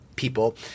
people